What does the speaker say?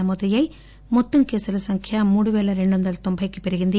నమోదయ్యి మొత్తం కేసుల సంఖ్య మూడు పేల రెండు వందల తొంబై కి పెరిగింది